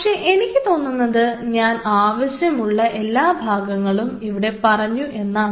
പക്ഷേ എനിക്ക് തോന്നുന്നത് ഞാൻ ആവശ്യമുള്ള എല്ലാ ഭാഗങ്ങളും ഇവിടെ പറഞ്ഞു എന്നാണ്